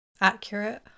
accurate